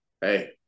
hey